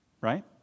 Right